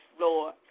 Lord